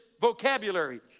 vocabulary